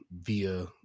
via